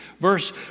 Verse